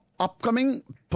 Upcoming